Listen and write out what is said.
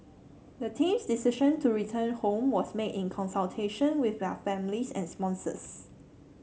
the team's decision to return home was made in consultation with their families and sponsors